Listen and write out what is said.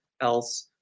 else